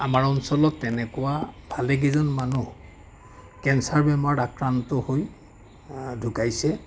আমাৰ অঞ্চলত তেনেকুৱা ভালে কেইজন মানুহ কেঞ্চাৰ বেমাৰত আক্ৰান্ত হৈ ঢুকাইছে